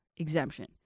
Exemption